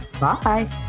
Bye